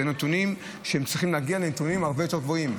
אלה נתונים שצריכים להגיע לנתונים הרבה יותר גבוהים.